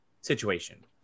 situation